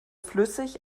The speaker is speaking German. flüssig